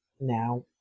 now